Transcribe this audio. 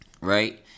right